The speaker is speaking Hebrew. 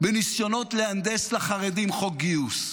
בניסיונות להנדס לחרדים חוק גיוס.